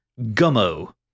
Gummo